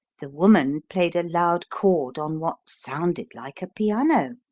the woman played a loud chord on what sounded like a piano,